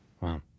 Wow